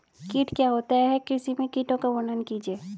कीट क्या होता है कृषि में कीटों का वर्णन कीजिए?